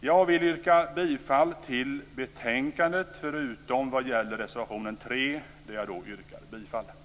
Jag vill yrka bifall till reservation 3 och i övrigt till utskottets hemställan.